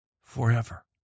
forever